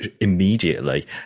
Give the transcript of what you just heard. immediately